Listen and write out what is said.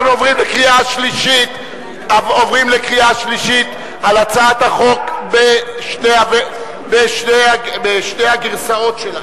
אנחנו עוברים לקריאה שלישית על הצעת החוק בשתי הגרסאות שלה,